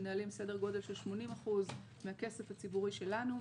מנהלים סדר גודל של 80% מהכסף הציבורי שלנו,